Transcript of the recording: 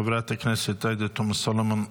חברת הכנסת עאידה תומא סלימאן,